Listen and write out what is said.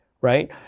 right